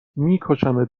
میکشمت